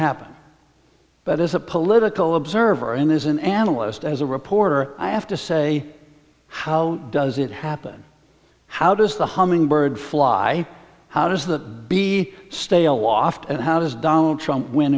happen but as a political observer in as an analyst as a reporter i have to say how does it happen how does the humming bird fly how does that be stale loft and how does donald trump w